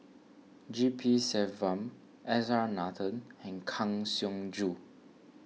G P Selvam S R Nathan and Kang Siong Joo